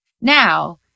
Now